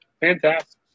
fantastic